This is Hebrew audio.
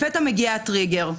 לפתע מגיע הטריגר.